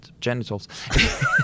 genitals